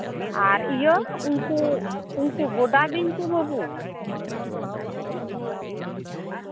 ᱟᱨ ᱤᱭᱟᱹ ᱩᱱᱠᱩ ᱩᱱᱠᱩ ᱵᱚᱰᱟ ᱵᱤᱧ ᱠᱚ ᱵᱟᱵᱩ